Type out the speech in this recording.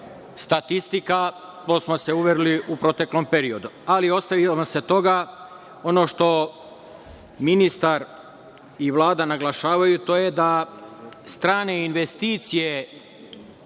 statistika to smo se uverili u proteklom periodu. Ostavimo se toga, ono što ministar i Vlada naglašavaju, to je da strane investicije